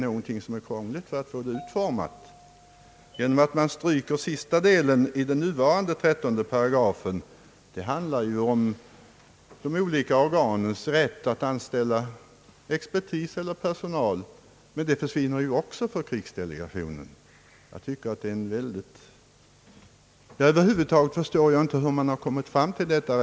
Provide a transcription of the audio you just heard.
Den sista delen i den nuvarande 13 §, som avser de olika organens rätt att anställa expertis eller personal finns icke med i det nya förslaget till lydelse. Med detta försvinner rätten för krigsdelegationen att anlita den expertis som kan erfordras.